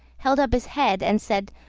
held up his head, and said,